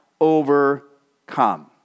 overcome